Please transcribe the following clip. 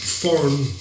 foreign